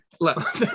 look